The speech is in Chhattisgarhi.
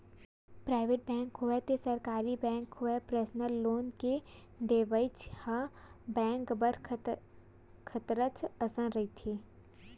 पराइवेट बेंक होवय ते सरकारी बेंक होवय परसनल लोन के देवइ ह बेंक बर खतरच असन रहिथे